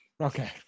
Okay